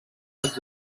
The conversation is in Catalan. els